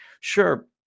Sure